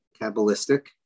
Kabbalistic